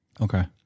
Okay